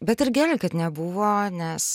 bet ir gerai kad nebuvo nes